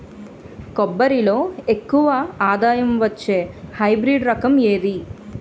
కొబ్బరి లో ఎక్కువ ఆదాయం వచ్చే హైబ్రిడ్ రకం ఏది?